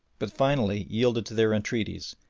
but finally yielded to their entreaties,